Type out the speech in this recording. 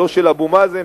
לא של אבו מאזן,